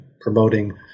promoting